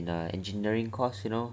the engineering course you know